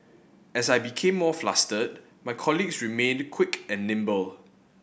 as I became more flustered my colleagues remained quick and nimble